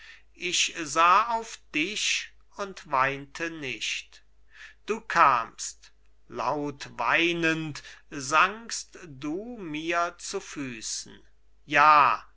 ich sah auf dich und weinte nicht du kamst laut weinend sankst du mir zu füßen ja